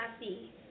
see